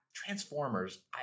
Transformers